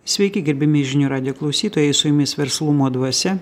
sveiki gerbiami žinių radijo klausytojai su jumis verslumo dvasia